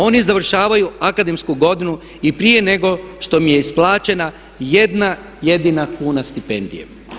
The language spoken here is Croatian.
Oni završavaju akademsku godinu i prije nego što im je isplaćena jedna jedina kuna stipendije.